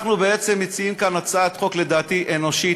אנחנו בעצם מציעים כאן הצעת חוק לדעתי אנושית,